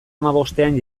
hamabostean